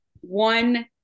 One